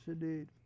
indeed